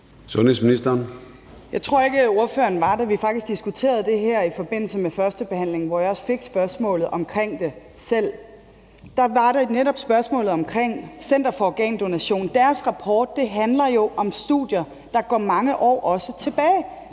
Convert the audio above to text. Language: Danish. (Sophie Løhde): Jeg tror ikke, at ordføreren var der, da vi faktisk diskuterede det her i forbindelse med førstebehandlingen, hvor jeg også fik spørgsmålet om det selv. Spørgsmålet var netop om Dansk Center for Organdonation. Deres rapport handler om studier, der også går mange år tilbage.